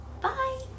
Bye